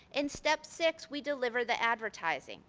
in step six we deliver the advertising,